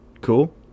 Cool